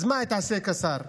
אז במה התעסק השר?